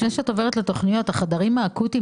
תקצוב